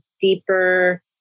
deeper